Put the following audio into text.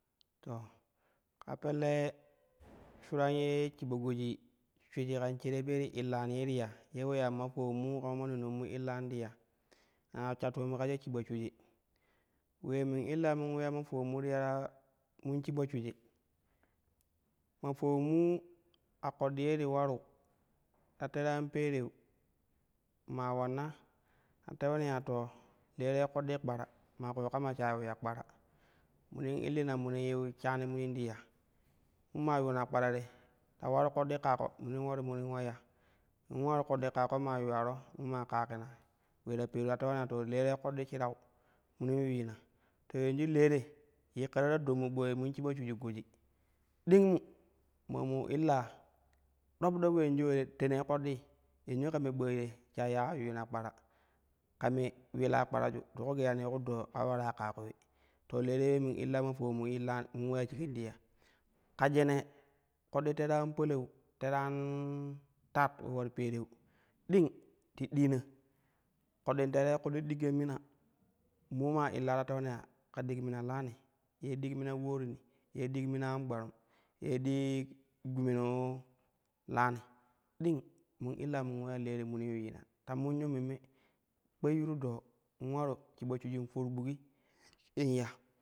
To kaa pelle shuran ye shiba goji shwiji kan shereb ye ti illan ye ti ya ye uleyan ma folulan mu kama ma donan mu illan ti ya, na sha toom ka she shiba shuiji, ulee mun illa mun uleya ma foulon mu ti ya mun shiba shiuiji ma foulonmu ka koɗɗi ye ti waru ta tere an pereu maa ulanna ta taulani ya to le te koɗɗi kpara ma koo kama sha yiu ya kpara munin illina. Munin yiu shani munin ti ya, mun maa yuuna kpara te, ta ularu koɗɗi kaako munin ulani munin ula ya, in waru koɗɗi kaako maa yuwaro mun maa kaakina luei ta peru ta tewani ya le koɗɗi shirau munin yuyyina. To yanʒu le te yikkaro ta dommu ɓoi mun shiba shuiji goji ding mu ma mo illa dop dop uanʒu ule teenei koɗɗi yanʒu kame ɓoi te shayya yuyyina kpara kame uliila kpara ju ti ku geyani ku doo kaule ularu kaako ule, to le te ule mu illa ma foulan mu illan mun uleya shigin ti ya ka jene koɗɗi tere an palau tere an tat ule ular pereu, ding ti diina koɗɗin teerei koɗɗi digya mina, moma illa ta telani ya ka dig mima laani, ye dig mina ulaari ni, ye dig mina an gbarum, ye dig gume no laani ding mu illa mu illeya le te munin yuyyina, ta munyo memme kpeyyuru doo in ularu shiba shuijin for bukgi in ya.